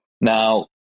Now